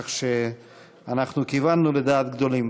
כך שאנחנו כיוונו לדעת גדולים.